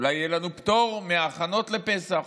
אולי יהיה לנו פטור מההכנות לפסח,